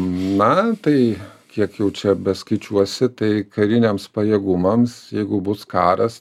na tai kiek jau čia beskaičiuosi tai kariniams pajėgumams jeigu bus karas